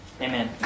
Amen